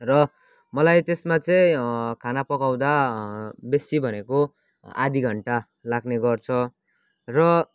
र मलाई त्यसमा चाहिँ खाना पकाउँदा बेसी भनेको आधा घन्टा लाग्ने गर्छ र